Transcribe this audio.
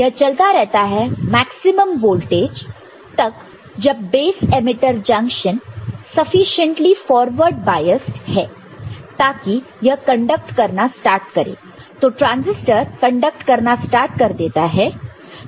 यह चलता है एक मैक्सिमम वोल्टेज तक जब base emitter junction sufficiently forward biased है ताकि यह कंडक्ट करना स्टार्ट करें तो ट्रांसिस्टर कंडक्ट करना स्टार्ट कर देता है